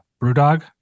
Brewdog